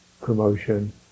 promotion